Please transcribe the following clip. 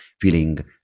feeling